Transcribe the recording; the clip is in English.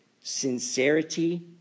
sincerity